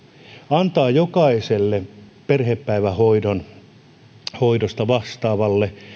antaa jokaiselle perhepäivähoidosta vastaavalle